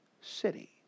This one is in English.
city